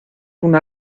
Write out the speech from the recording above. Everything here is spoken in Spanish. una